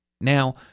Now